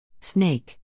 Snake